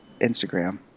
Instagram